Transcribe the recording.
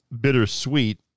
bittersweet